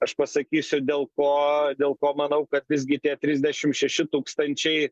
aš pasakysiu dėl ko dėl ko manau kad visgi tie trisdešim šeši tūkstančiai